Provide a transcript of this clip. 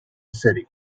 city